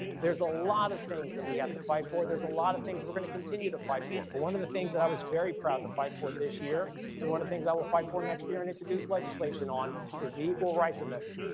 there's a lot of things that we have to fight for. there's a lot of things we're gonna continue to fight for. but one of the things that i was very proud to fight for this year and one of the things i will fight for next year and introduce legislation on is the equal rights amendment.